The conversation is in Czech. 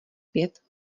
pět